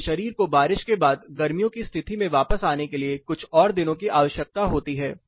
आपके शरीर को बारिश के बाद गर्मियों की स्थिति में वापस आने के लिए कुछ और दिनों की आवश्यकता होती है